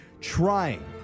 trying